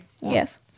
Yes